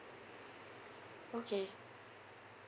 okay